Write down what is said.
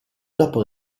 dopo